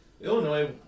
Illinois